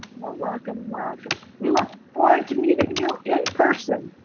well welcome, welcome. we look forward to meeting you in person.